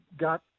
got